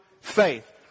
faith